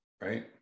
Right